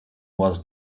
was